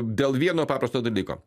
dėl vieno paprasto dalyko